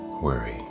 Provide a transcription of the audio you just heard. worry